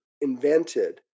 invented